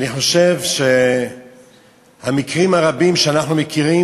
אני חושב שהמקרים הרבים שאנחנו מכירים,